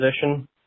position